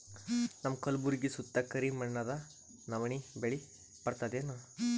ನಮ್ಮ ಕಲ್ಬುರ್ಗಿ ಸುತ್ತ ಕರಿ ಮಣ್ಣದ ನವಣಿ ಬೇಳಿ ಬರ್ತದೇನು?